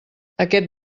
aquest